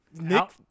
Nick